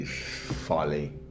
folly